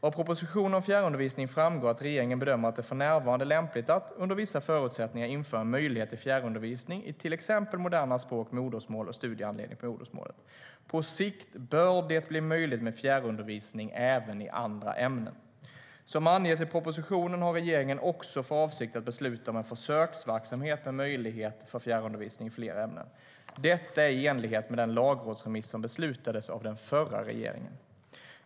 Av propositionen om fjärrundervisning framgår att regeringen bedömer att det för närvarande är lämpligt att, under vissa förutsättningar, införa en möjlighet till fjärrundervisning i till exempel moderna språk, modersmål och studiehandledning på modersmålet. På sikt bör det bli möjligt med fjärrundervisning även i andra ämnen. Som anges i propositionen har regeringen också för avsikt att besluta om en försöksverksamhet med möjlighet till fjärrundervisning i fler ämnen. Detta är i enlighet med den lagrådsremiss som beslutades av den förra regeringen.